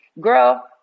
Girl